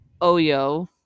Oyo